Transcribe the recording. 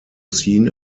seen